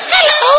Hello